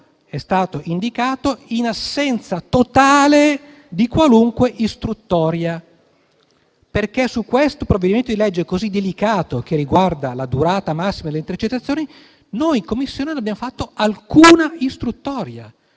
è stato indicato in totale assenza di qualunque istruttoria. Su questo provvedimento di legge così delicato, che riguarda la durata massima delle intercettazioni, noi in Commissione non abbiamo fatto alcuna istruttoria,